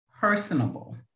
personable